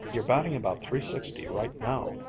you're batting about three-sixty, right now.